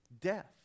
death